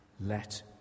let